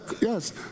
yes